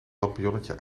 lampionnetje